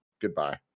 goodbye